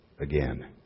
again